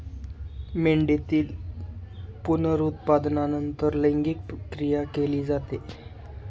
मेंढीतील पुनरुत्पादनानंतर लैंगिक क्रिया केली जाते